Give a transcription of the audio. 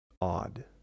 odd